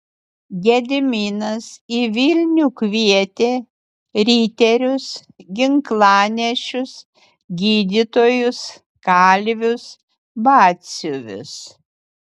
gediminas į vilnių kvietė riterius ginklanešius gydytojus kalvius batsiuvius